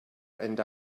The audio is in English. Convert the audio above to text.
and